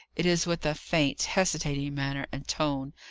it is with a faint, hesitating manner and tone,